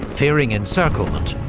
fearing encirclement,